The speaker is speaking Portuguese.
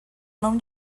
não